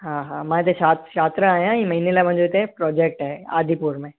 हा हा मां हिते छा छात्र आहियां ऐं महिने लाइ मुंहिंजो हिते प्रोजेक्ट आहे आदिपुर में